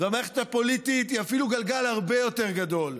והמערכת הפוליטית היא אפילו גלגל הרבה יותר גדול.